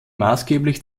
maßgeblich